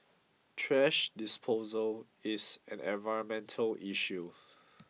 trash disposal is an environmental issue